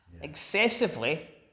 excessively